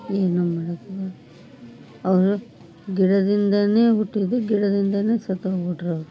ಏನು ಮಾಡಕ್ಕಾಗಲ್ಲ ಅವ್ರು ಗಿಡದಿಂದನೆ ಹುಟ್ಟಿದ್ದು ಗಿಡದಿಂದನೆ ಸತ್ತೋಗ್ಬಿಟ್ರವ್ರು